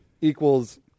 equals